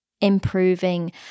improving